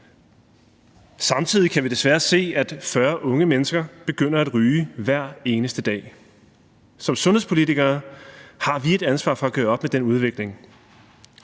Samtidig kan vi desværre se, at 40 unge mennesker begynder at ryge hver eneste dag. Som sundhedspolitikere har vi et ansvar for at gøre op med den udvikling.